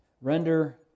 render